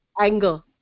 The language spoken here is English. anger